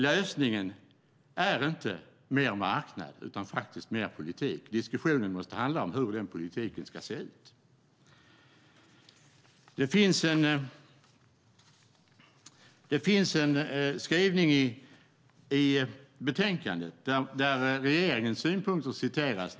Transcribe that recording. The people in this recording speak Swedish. Lösningen är inte mer marknad utan mer politik. Diskussionen måste handla om hur den politiken ska se ut. Det finns en skrivning i utlåtandet där regeringens synpunkter citeras.